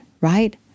right